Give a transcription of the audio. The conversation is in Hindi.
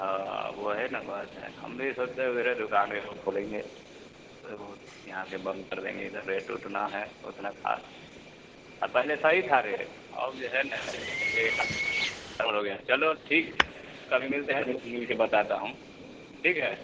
हाँ वही न बात है हम भी सोचे उधर ही दुकान एगो खोलेंगे थोड़े बहुत यहाँ के बंद कर देंगे इधर रेट उट ना है उतना खास पहले सही था रेट अब जो है न चलो ठीक है कभी मिलते हैं मिल के बताता हूँ ठीक है